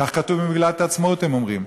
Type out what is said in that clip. כך כתוב במגילת העצמאות, הם אומרים.